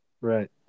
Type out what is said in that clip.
Right